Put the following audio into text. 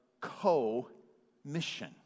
co-mission